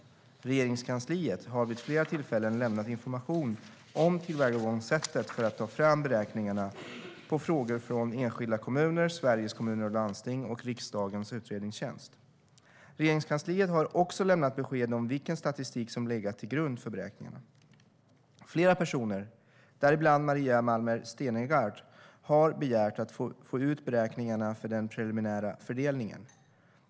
Regeringskansliet har vid flera tillfällen lämnat information om tillvägagångssättet för att ta fram beräkningarna på frågor från enskilda kommuner, Sveriges Kommuner och Landsting och riksdagens utredningstjänst. Regeringskansliet har också lämnat besked om vilken statistik som legat till grund för beräkningarna. Flera personer, däribland Maria Malmer Stenergard, har begärt att få ut beräkningarna för den preliminära fördelningen.